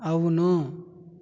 అవును